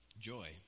Joy